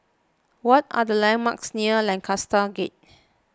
What are the landmarks near Lancaster Gate